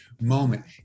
moment